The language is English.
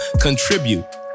contribute